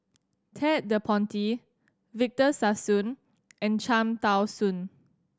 Ted De Ponti Victor Sassoon and Cham Tao Soon